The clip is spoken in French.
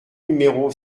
numéro